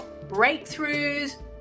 breakthroughs